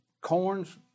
corn's